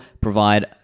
provide